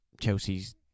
Chelsea's